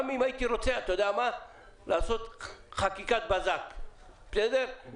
גם אם הייתי רוצה לעשות חקיקת בזק, אין